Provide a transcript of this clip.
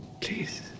Please